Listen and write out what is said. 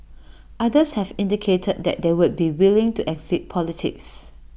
others have indicated that they would be willing to exit politics